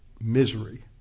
misery